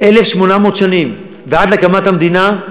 1,800 שנים ועד להקמת המדינה,